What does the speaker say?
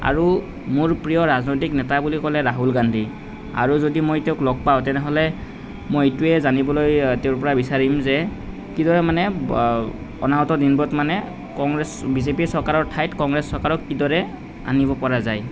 আৰু মোৰ প্ৰিয় ৰাজনৈতিক নেতা বুলি ক'লে ৰাহুল গান্ধী আৰু যদি মই তেওঁক লগ পাওঁ তেনেহ'লে মই এইটোৱে জানিবলৈ তেওঁৰ পৰা বিচাৰিম যে কিদৰে মানে অনাগত দিনবোৰত মানে কংগ্ৰেছ বিজেপি চৰকাৰৰ ঠাইত কংগ্ৰেছ চৰকাৰক কিদৰে আনিব পৰা যায়